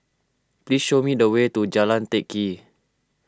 please show me the way to Jalan Teck Kee